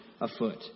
afoot